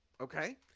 Okay